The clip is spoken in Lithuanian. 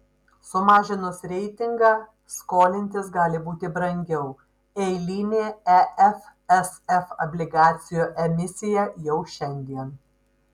sumažinus reitingą skolintis gali būti brangiau eilinė efsf obligacijų emisija jau šiandien